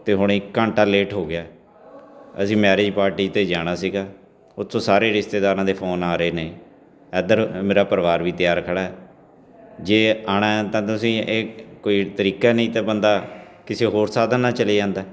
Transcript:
ਅਤੇ ਹੁਣ ਇੱਕ ਘੰਟਾ ਲੇਟ ਹੋ ਗਿਆ ਅਸੀਂ ਮੈਰਿਜ ਪਾਰਟੀ 'ਤੇ ਜਾਣਾ ਸੀਗਾ ਉਥੋਂ ਸਾਰੇ ਰਿਸ਼ਤੇਦਾਰਾਂ ਦੇ ਫੋਨ ਆ ਰਹੇ ਨੇ ਇੱਧਰ ਮੇਰਾ ਪਰਿਵਾਰ ਵੀ ਤਿਆਰ ਖੜ੍ਹਾ ਜੇ ਆਉਣਾ ਤਾਂ ਤੁਸੀਂ ਇਹ ਕੋਈ ਤਰੀਕਾ ਨਹੀਂ ਤਾਂ ਬੰਦਾ ਕਿਸੇ ਹੋਰ ਸਾਧਨ ਨਾਲ ਚਲੇ ਜਾਂਦਾ